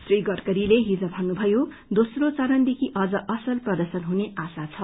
श्री गडकरीले हिज भन्नुभयो दोम्रो चरणदेखि अझ असल प्रदर्शन हुने आशा छ